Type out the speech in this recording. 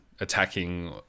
attacking